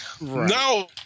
No